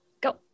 Go